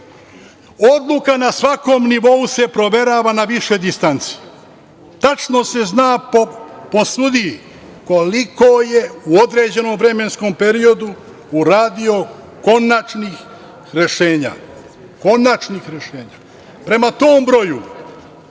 Odluka na svakom nivou se proverava na višoj instanci. Tačno se zna po sudiji koliko je u određenom vremenskom periodu uradio konačnih rešenja, konačnih rešenja.